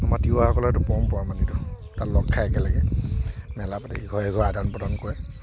আমাৰ তিৱাসকলৰ সেইটো পৰম্পৰা মানে সেইটো তাত লগ খাই একেলগে মেলা পাতে ইঘৰে সিঘৰে আদান প্ৰদান কৰে